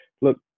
Look